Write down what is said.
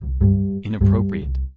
inappropriate